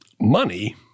Money